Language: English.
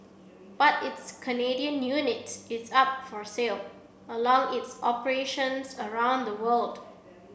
but its Canadian unit is up for sale along its operations around the world